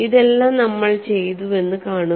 ഇതെല്ലാം നമ്മൾ ചെയ്തുവെന്ന് കാണുക